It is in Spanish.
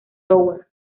tower